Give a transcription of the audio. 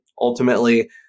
Ultimately